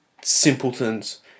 simpletons